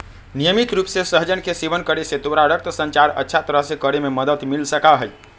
नियमित रूप से सहजन के सेवन करे से तोरा रक्त संचार अच्छा तरह से करे में मदद मिल सका हई